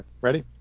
Ready